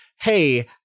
hey